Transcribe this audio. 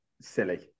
silly